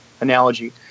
analogy